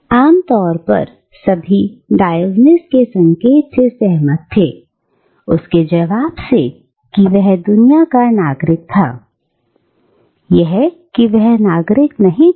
अबआमतौर पर सभी डायोजनीज के संकेत से सहमत थे उसके जवाब से कि वह दुनिया का नागरिक था या यह कि वह नागरिक नहीं था